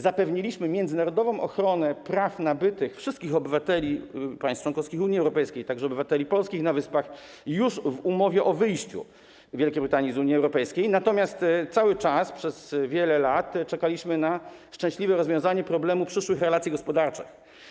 Zapewniliśmy międzynarodową ochronę praw nabytych wszystkich obywateli państw członkowskich Unii Europejskiej, także obywateli polskich na Wyspach, już w umowie o wyjściu Wielkiej Brytanii z Unii Europejskiej, natomiast przez wiele lat czekaliśmy na szczęśliwe rozwiązanie problemu przyszłych relacji gospodarczych.